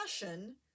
passion